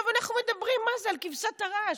אנחנו מדברים על כבשת הרש,